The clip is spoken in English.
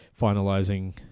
finalizing